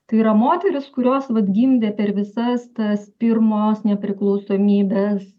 tai yra moterys kurios vat gimdė per visas tas pirmos nepriklausomybės